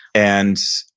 and,